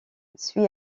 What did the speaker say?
suit